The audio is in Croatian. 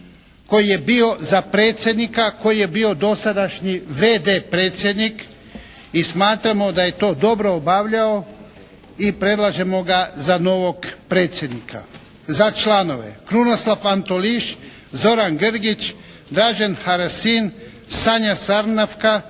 koji je bio za predsjednika, koji je bio dosadašnji v.d. predsjednik. I smatramo da je to dobro obavljao. I predlažemo ga za novog predsjednika. Za članove Krunoslav Antoliš, Zoran Grgić, Dražen Harasin, Sanja Sarnavka,